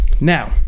Now